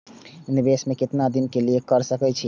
निवेश में केतना दिन के लिए कर सके छीय?